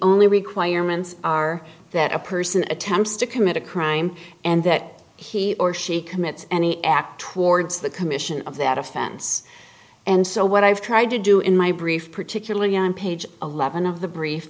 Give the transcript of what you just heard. only requirements are that a person attempts to commit a crime and that he or she commits any act towards the commission of that offense and so what i've tried to do in my brief particularly on page eleven of the brief